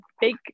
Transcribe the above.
big